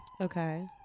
Okay